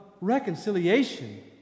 reconciliation